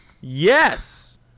Yes